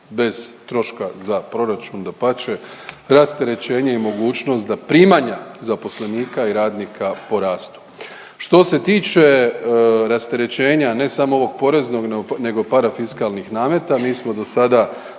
bez troška za proračun. Dapače, rasterećenje i mogućnost da primanja zaposlenika i radnika porastu. Što se tiče rasterećenja ne samo ovog poreznog nego parafiskalnih nameta mi smo dosada